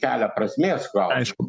kelia prasmės aišku